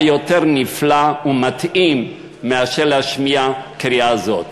מה יותר נפלא ומתאים מאשר להשמיע קריאה זו.